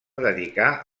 dedicar